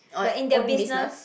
orh own business